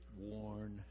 worn